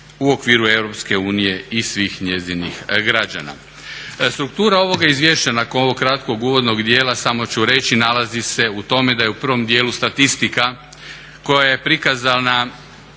unije i svih njezinih građana. Struktura ovoga izvješća nakon ovog kratkog uvodnog dijela samo ću reći nalazi se u tome da je u prvom dijelu statistika koja je prikazana